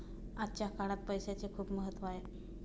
आजच्या काळात पैसाचे खूप महत्त्व आहे